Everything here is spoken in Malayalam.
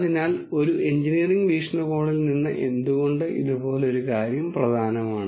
അതിനാൽ ഒരു എഞ്ചിനീയറിംഗ് വീക്ഷണകോണിൽ നിന്ന് എന്തുകൊണ്ട് ഇതുപോലൊരു കാര്യം പ്രധാനമാണ്